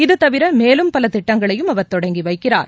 இதுதவிர மேலும் பல திட்டங்களையும் அவர் தொடங்கி வைக்கிறார்